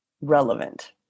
relevant